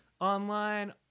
Online